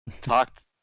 talked